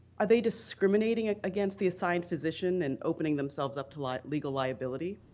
are they discriminating against the assigned physician and opening themselves up to like legal liability?